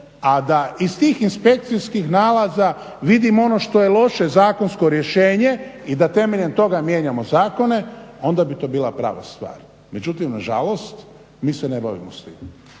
a da iz tih inspekcijskih nalaza vidimo ono što je loše zakonsko rješenje i da temeljem toga mijenjamo zakone onda bi to bila prava stvar. Međutim nažalost, mi se ne bavimo s tim.